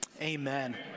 Amen